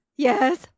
Yes